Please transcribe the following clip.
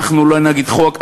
אנחנו לא נגד החוק,